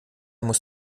muss